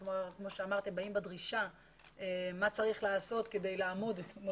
באים בדרישה מה צריך לעשות כדי לעמוד בדברים